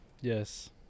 Yes